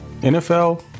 nfl